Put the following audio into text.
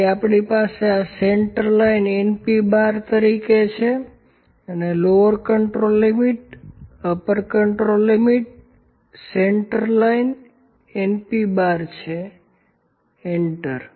તેથી આપણી પાસે આ સેન્ટર લાઈન np¯ તરીકે છે અને લોવર કન્ટ્રોલ લિમિટ અને upper control limit centre line np¯છે એન્ટર